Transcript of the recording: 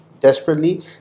desperately